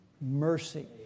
mercy